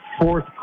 fourth